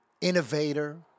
innovator